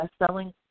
bestselling